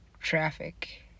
traffic